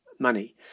money